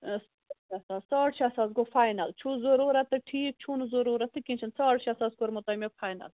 ساڑ شےٚ ساس گوٚو فاینل چھُو ضرورت تہٕ ٹھیٖک چھُو نہٕ ضروٗرت تہٕ کیٚنٛہہ چھُنہٕ ساڑ شےٚ ساس کوٚرمو مےٚ تۄہہِ فاینل